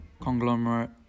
conglomerate